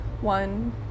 one